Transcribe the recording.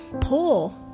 pull